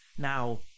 Now